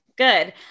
Good